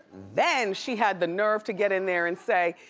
then she had the nerve to get in there and say,